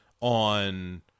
on